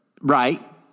right